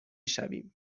شویم